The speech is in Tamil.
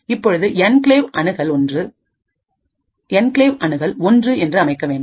இப்பொழுதுஎன்கிளேவ் அணுகல் ஒன்றுenclave access1 என்று அமைக்க வேண்டும்